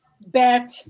bet